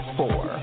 four